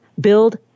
build